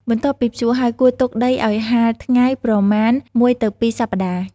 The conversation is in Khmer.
បន្ទាប់ពីភ្ជួរហើយ គួរទុកដីឲ្យ ហាលថ្ងៃ ប្រមាណ ១ ទៅ ២ សប្តាហ៍។